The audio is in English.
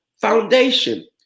foundation